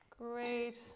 great